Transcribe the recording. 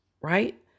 right